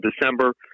December